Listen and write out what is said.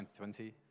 2020